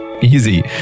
Easy